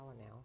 now